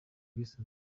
bwisanzure